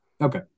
Okay